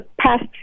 past